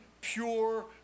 pure